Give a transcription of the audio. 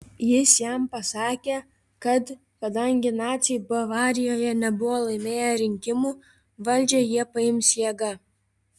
jis jam pasakė kad kadangi naciai bavarijoje nebuvo laimėję rinkimų valdžią jie paims jėga